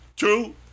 True